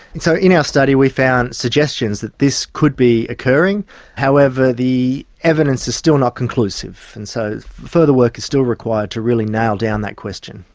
and so in our study we found suggestions that this could be occurring however the evidence is still not conclusive and so further work is still required to really nail down that question.